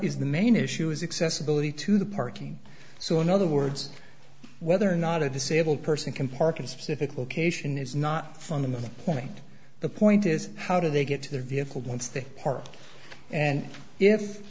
is the main issue is excess ability to the parking so in other words whether or not a disabled person can park in specific location is not fundamental point the point is how do they get to their vehicle once they parked and